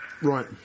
Right